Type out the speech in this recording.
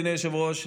אדוני היושב-ראש,